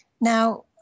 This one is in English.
now